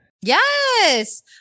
Yes